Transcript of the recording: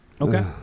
Okay